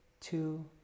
two